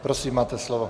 Prosím, máte slovo.